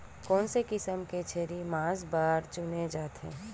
कोन से किसम के छेरी मांस बार चुने जाथे?